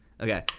Okay